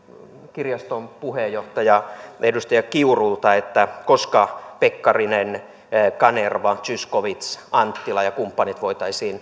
kirjaston puheenjohtaja edustaja kiurulta koska pekkarinen kanerva zyskowicz anttila ja kumppanit voitaisiin